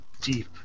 deep